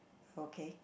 okay